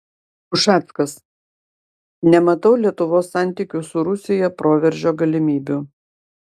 ušackas nematau lietuvos santykių su rusija proveržio galimybių